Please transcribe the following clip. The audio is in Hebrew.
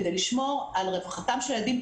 כדי לשמור על רווחתם של הילדים.